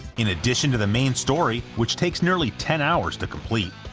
in addition to the main story, which takes nearly ten hours to complete,